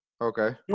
Okay